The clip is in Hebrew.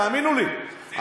תאמינו לי,